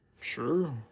Sure